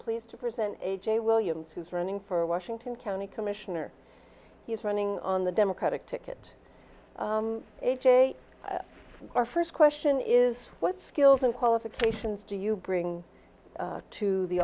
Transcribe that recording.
pleased to present a j williams who's running for washington county commissioner he is running on the democratic ticket a j our first question is what skills and qualifications do you bring to the